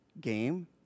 Game